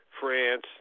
France